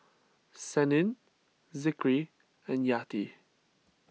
Senin Zikri and Yati